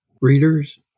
readers